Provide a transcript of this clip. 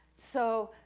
so,